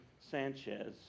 Sanchez